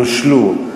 נושלו,